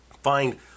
Find